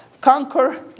conquer